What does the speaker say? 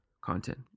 content